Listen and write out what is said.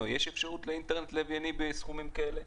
אם יש אפשרות לאינטרנט לווייני בסכומים כאלה.